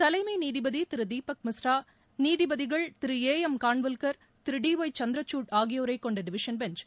தலைமை நீதிபதி திரு தீபக் மிஸ்ரா நீதிபதிகள் திரு ஏ எம் கன்வில்கர் திரு டி ஒய் சந்திரசூட் ஆகியோரை கொண்ட டிவிஷன் பெஞ்ச்